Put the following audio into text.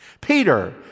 Peter